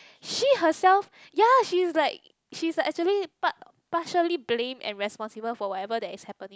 she herself ya she's like she's actually part~ partially blamed and responsible for whatever that is happening